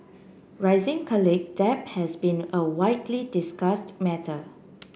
rising college debt has been a widely discussed matter